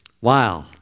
Wow